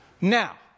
Now